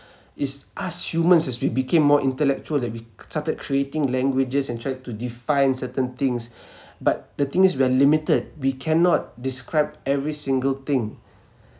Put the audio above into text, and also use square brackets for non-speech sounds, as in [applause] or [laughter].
is us humans as we became more intellectual that we started creating languages and tried to define certain things [breath] but the thing is we are limited we cannot describe every single thing